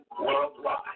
worldwide